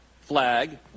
flag